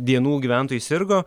dienų gyventojai sirgo